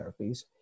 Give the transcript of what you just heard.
therapies